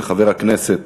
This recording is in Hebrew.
של חבר הכנסת